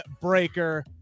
Breaker